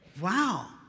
Wow